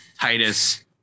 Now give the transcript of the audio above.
Titus